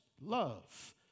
love